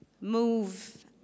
move